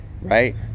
right